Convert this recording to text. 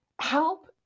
help